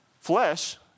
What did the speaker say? flesh